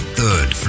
Third